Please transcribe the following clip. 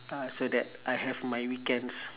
uh so that I have my weekends